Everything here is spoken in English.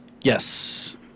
Yes